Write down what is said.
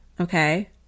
okay